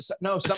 no